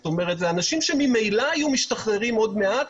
זאת אומרת אלה אנשים שממילא היו משתחררים עוד מעט,